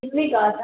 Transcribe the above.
کتنے کا آتا ہے